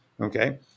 okay